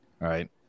right